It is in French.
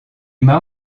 m’a